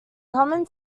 common